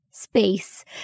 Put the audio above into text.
Space